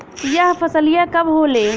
यह फसलिया कब होले?